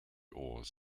oars